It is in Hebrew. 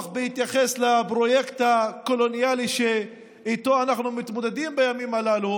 בהתייחס לפרויקט הקולוניאלי שאיתו אנחנו מתמודדים בימים הללו